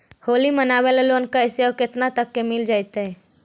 होली मनाबे ल लोन कैसे औ केतना तक के मिल जैतै?